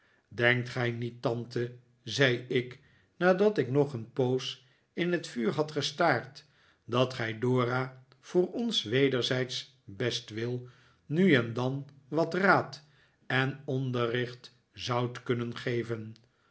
derikt gij niet tante zei ik nadat ik nog een poos in het vuur had gestaard dat gij dora voor ons wederzijdsch bestwil nu en dan wat raad en onderricht zoudt kunnen geven